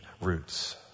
roots